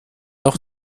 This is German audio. auch